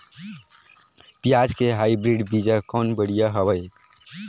पियाज के हाईब्रिड बीजा कौन बढ़िया हवय?